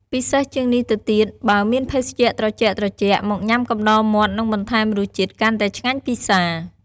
ពិសេសជាងនេះទៅទៀត បើមានភេសជ្ជៈត្រជាក់ៗ មកញុំាកំដរមាត់នឹងបន្ថែមរសជាតិកាន់តែឆ្ងាញ់ពិសា។